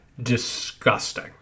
disgusting